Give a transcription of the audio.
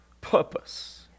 purpose